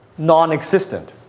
non-existent.